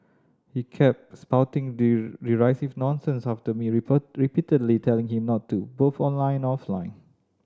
he kept spouting derisive nonsense after me repeatedly telling him not to both online and offline